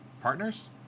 partners